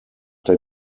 der